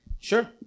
Sure